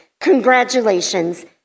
Congratulations